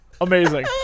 Amazing